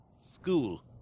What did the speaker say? school